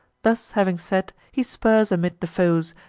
thus having said, he spurs amid the foes,